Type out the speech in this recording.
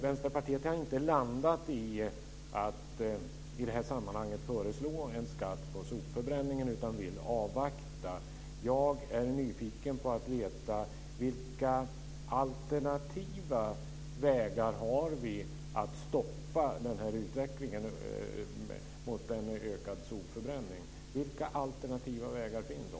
Vänsterpartiet har inte landat i att i det här sammanhanget föreslå en skatt på sopförbränning utan vill avvakta. Jag är nyfiken på att veta vilka alternativa vägar vi har att stoppa den här utvecklingen mot en ökad sopförbränning. Vilka alternativa vägar finns?